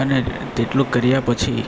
અને તેટલું કર્યા પછી